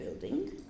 Building